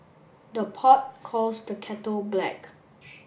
the pot calls the kettle black